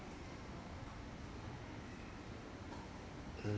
mm